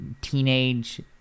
teenage